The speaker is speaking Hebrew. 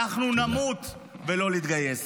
אנחנו נמות ולא נתגייס.